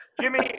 Jimmy